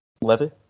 Levy